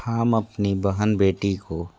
हम अपनी बहन बेटी को